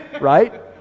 right